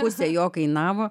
pusę jo kainavo